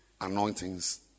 anointings